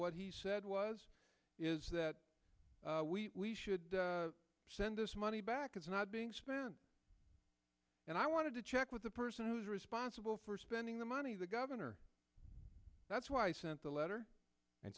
what he said was is that we should send this money back it's not being spent and i want to check with the person who's responsible for spending the money the governor that's why i sent the letter and